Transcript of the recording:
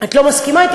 את לא מסכימה אתי,